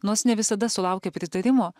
nors ne visada sulaukia pritarimo